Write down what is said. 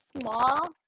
small